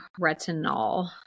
retinol